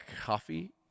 coffee